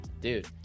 dude